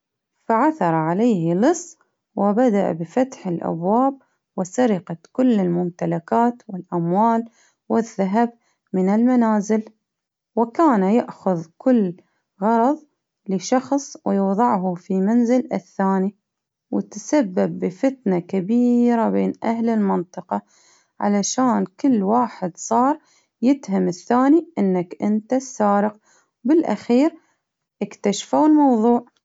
فعثر عليه لص وبدأ بفتح الأبواب وسرقت كل الممتلكات والأموال والذهب من المنازل، وكان يأخذ كل غرظ لشخص ويوضعه في منزل الثاني، وتسبب بفتنة كبيرة بين أهل المنطقة، علشان كل واحد صار يتهم الثاني إنك إنت السارق، بالأخير إكتشفوا الموظوع.